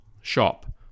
shop